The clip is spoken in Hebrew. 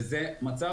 וזה מצב גרוע מאוד.